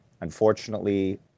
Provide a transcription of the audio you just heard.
unfortunately